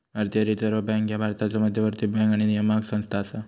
भारतीय reserve bank ह्या भारताचो मध्यवर्ती बँक आणि नियामक संस्था असा